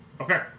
Okay